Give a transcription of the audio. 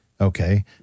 Okay